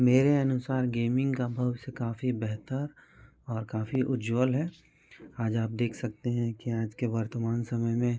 मेरे अनुसार गेमिंग का भविष्य काफ़ी बेहतर और काफ़ी उज्जवल है आज आप देख सकते हैं कि आज के वर्तमान समय में